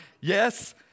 Yes